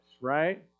right